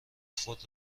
خود